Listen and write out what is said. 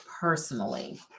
personally